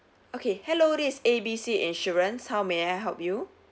okay hello this is A B C insurance how may I help you